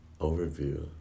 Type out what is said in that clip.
overview